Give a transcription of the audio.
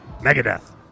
Megadeth